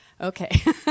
okay